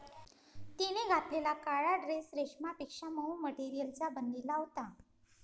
तिने घातलेला काळा ड्रेस रेशमापेक्षा मऊ मटेरियलचा बनलेला होता